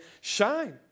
shine